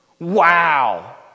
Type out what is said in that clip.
wow